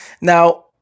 Now